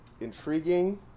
intriguing